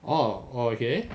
orh orh okay